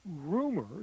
rumors